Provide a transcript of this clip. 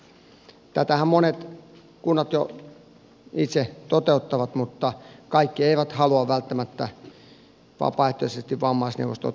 tätähän monet kunnat jo itse toteuttavat mutta kaikki eivät halua välttämättä vapaaehtoisesti vammaisneuvostoa tai vanhusneuvostoa asettaa